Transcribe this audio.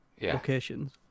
locations